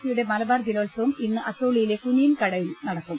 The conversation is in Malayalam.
സിയുടെ മലബാർ ജലോത്സവം ഇന്ന് അത്തോളിയിലെ കുനിയിൽകടവിൽ നടക്കും